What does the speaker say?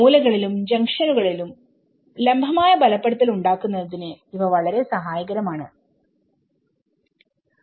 മൂലകളിലും ജംഗ്ഷനുകളിലും ലംബമായ ബലപ്പെടുത്തൽ ഉണ്ടാക്കുന്നതിന് ഇവ വളരെ സഹായകരം ആണ്